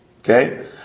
okay